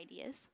ideas